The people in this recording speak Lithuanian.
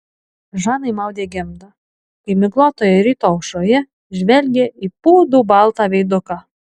žanai maudė gimdą kai miglotoje ryto aušroje žvelgė į pūdų baltą veiduką